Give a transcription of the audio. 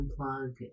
unplug